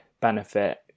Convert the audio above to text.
benefit